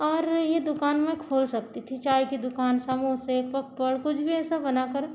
और ये दुकान में खोल सकती थी चाय की दुकान समोसे पक्कर कुछ भी ऐसे बनाकर